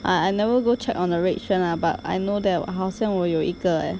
I I never go check on a red strand lah but I know that 好像我有一个 eh